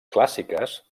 clàssiques